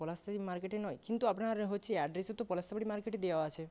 পলাশচাবরি মার্কেটে নয় কিন্তু আপনার হচ্ছে তো অ্যাড্রেসে তো পলাশচাবরি মার্কেটই দেওয়া আছে